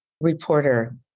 reporter